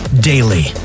daily